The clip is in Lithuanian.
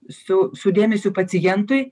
su su dėmesiu pacientui